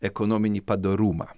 ekonominį padorumą